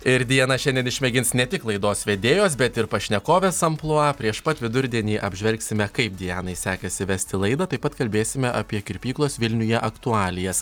ir diana šiandien išmėgins ne tik laidos vedėjos bet ir pašnekovės amplua prieš pat vidurdienį apžvelgsime kaip dianai sekėsi vesti laidą taip pat kalbėsime apie kirpyklos vilniuje aktualijas